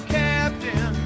captain